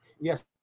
Yes